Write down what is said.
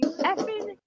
effing